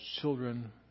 children